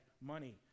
money